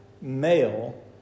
male